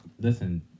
listen